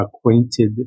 acquainted